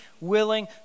willing